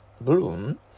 bloom